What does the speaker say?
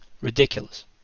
ridiculous